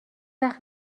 وقت